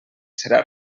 serà